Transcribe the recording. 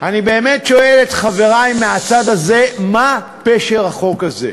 אני באמת שואל את חברי מהצד הזה: מה פשר החוק הזה?